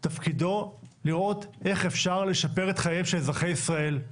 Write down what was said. תפקידו לראות איך אפשר לשפר את חייהם של אזרחי ישראל,